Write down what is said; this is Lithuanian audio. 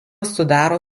sudaro